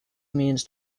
means